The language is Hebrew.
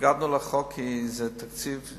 התנגדנו לחוק כי זה תקציב,